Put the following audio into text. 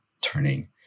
turning